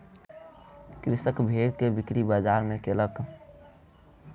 कृषक भेड़ के बिक्री बजार में कयलक